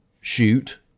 shoot